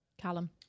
callum